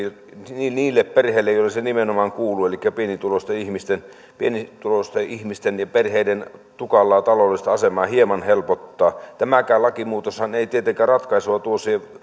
niille perheille joille se nimenomaan kuuluu elikkä pienituloisten ihmisten pienituloisten ihmisten ja perheiden tukalaa taloudellista asemaa hieman helpottaa tämäkään lakimuutoshan ei tietenkään ratkaisua tuo